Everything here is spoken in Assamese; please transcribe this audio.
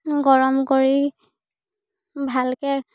গৰম কৰি ভালকে